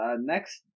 Next